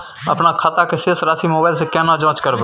अपन खाता के शेस राशि मोबाइल से केना जाँच करबै?